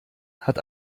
hat